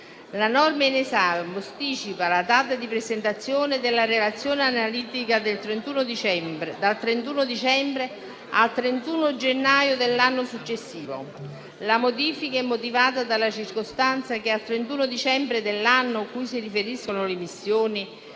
La norma in esame posticipa la data di presentazione della relazione analitica dal 31 dicembre al 31 gennaio dell'anno successivo. La modifica è motivata dalla circostanza che al 31 dicembre dell'anno cui si riferiscono le missioni